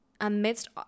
amidst